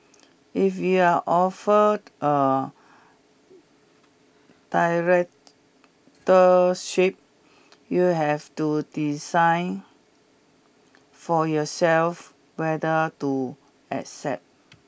if you are offered a directorship you have to decide for yourself whether to accept